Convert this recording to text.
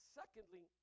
secondly